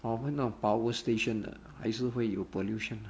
normal 的 power station 的还是会有 pollution 的